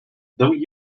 though